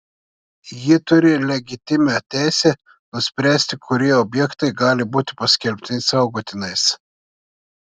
ji turi legitimią teisę nuspręsti kurie objektai gali būti paskelbti saugotinais